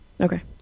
Okay